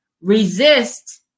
Resist